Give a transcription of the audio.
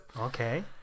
Okay